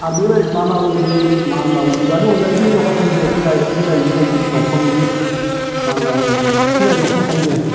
आरो बेबायदि मा होनना बुङो बे बिबारनि अनगायै जि माबा थायो जे बिलाइ बिलाइ जि थायो दंफां जे मा होनना बुङो सिगां दंफां थायो दे